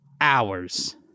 hours